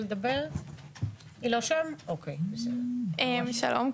סתיו אלה: שלום,